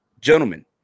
Gentlemen